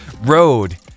road